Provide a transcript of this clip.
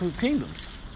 kingdoms